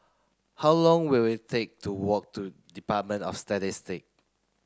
how long will it take to walk to Department of Statistic